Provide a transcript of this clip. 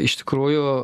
iš tikrųjų